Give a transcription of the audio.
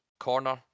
Corner